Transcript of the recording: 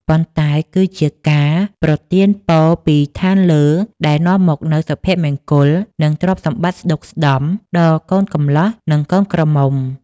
ប៉ុន្តែគឺជាការប្រទានពរពីឋានលើដែលនាំមកនូវសុភមង្គល និងទ្រព្យសម្បត្តិស្តុកស្តម្ភដល់កូនកំលោះ និងកូនក្រមុំ។